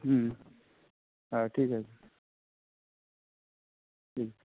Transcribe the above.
হুম হ্যাঁ ঠিক আছে